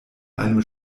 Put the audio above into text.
einem